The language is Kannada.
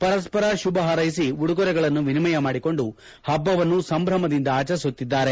ಪರಸ್ಪರ ಶುಭ ಹಾರ್ವೆಸಿ ಉಡುಗೊರೆಗಳನ್ನು ವಿನಿಮಯ ಮಾಡಿಕೊಂಡು ಹಬ್ಬವನ್ನು ಸಂಭ್ರಮದಿಂದ ಆಚರಿಸುತ್ತಿದ್ದಾರೆ